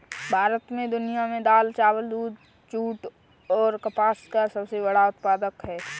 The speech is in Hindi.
भारत दुनिया में दाल, चावल, दूध, जूट और कपास का सबसे बड़ा उत्पादक है